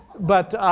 but